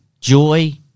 Joy